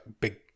big